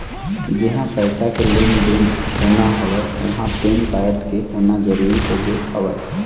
जिहाँ पइसा के लेन देन होना हवय उहाँ पेन कारड के होना जरुरी होगे हवय